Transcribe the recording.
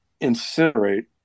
incinerate